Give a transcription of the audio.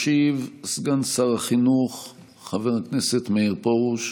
ישיב סגן שר החינוך חבר הכנסת מאיר פרוש.